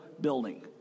building